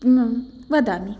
वदामि